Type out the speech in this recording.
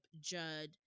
judd